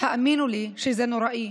האמינו לי שזה נוראי.